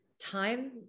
time